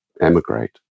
emigrate